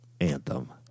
Anthem